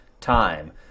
time